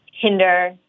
hinder